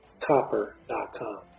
copper.com